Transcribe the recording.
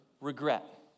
regret